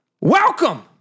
Welcome